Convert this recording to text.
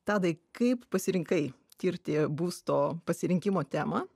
tadai kaip pasirinkai tirti būsto pasirinkimo temą